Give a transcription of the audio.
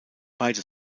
beide